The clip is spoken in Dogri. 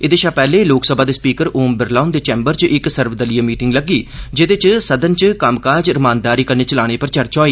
एह्दे शा पैहले लोकसभा स्पीकर ओम बिरला हुंदे चैंबर च इक सर्वदलीय मीटिंग लग्गी जेहदे च सदन च कम्मकाज रमानदारी कन्नै चलाने पर चर्चा होई